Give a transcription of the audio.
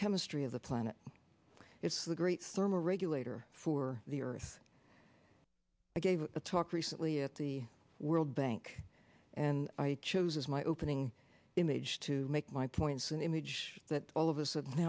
chemistry of the planet it's the great thermal regulator for the earth i gave a talk recently at the world bank and i chose as my opening image to make my points an image that all of